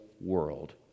world